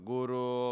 Guru